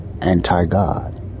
anti-God